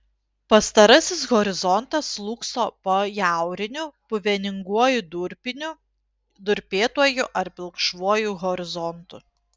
pastarasis horizontas slūgso po jauriniu puveninguoju durpiniu durpėtuoju ar pilkšvuoju horizontu